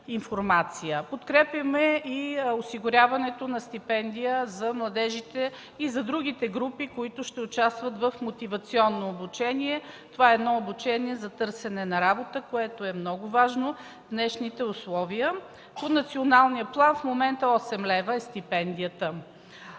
Подкрепяме и осигуряването на стипендия за младежите и за другите групи, които ще участват в мотивационно обучение. Това е обучение за търсене на работа, много важно в съвременните условия. В момента по националния план стипендията